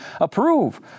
approve